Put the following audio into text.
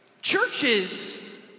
Churches